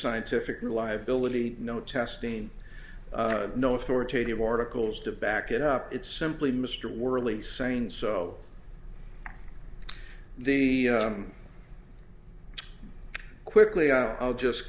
scientific reliability no testing no authoritative articles to back it up it's simply mr worley saying so the quickly i'll just